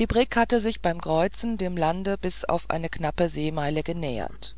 die brigg hatte sich beim kreuzen dem lande bis auf eine knappe seemeile genähert